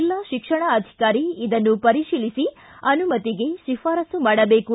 ಜಿಲ್ಲಾ ಶಿಕ್ಷಣ ಅಧಿಕಾರಿ ಇದನ್ನು ಪರಿಶೀಲಿಸಿ ಅನುಮತಿಗೆ ಶಿಫಾರಸ್ಲು ಮಾಡಬೇಕು